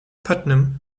putnam